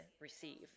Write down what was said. receive